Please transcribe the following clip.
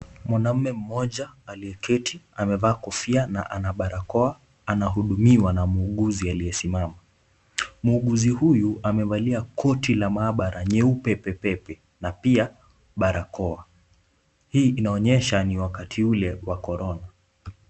Mwanamme mmoja aliyeketi amevaa kofia na ana barakoa, anahudumiwa na muuguzi aliyesimama. Muuguzi huyu amevalia koti la maabara nyeupe pepepe na pia barakoa. Hii inaonyesha ni wakati ule wa korona.